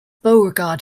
beauregard